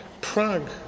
Prague